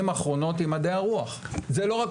הבן אדם, ואם נבנה את